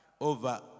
over